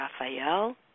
Raphael